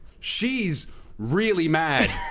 she's really mad.